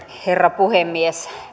herra puhemies